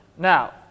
Now